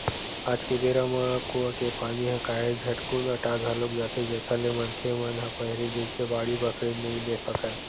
आज के बेरा म अब कुँआ के पानी ह काहेच झटकुन अटा घलोक जाथे जेखर ले मनखे मन ह पहिली जइसे बाड़ी बखरी नइ ले सकय